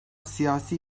siyasi